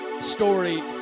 story